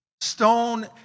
stone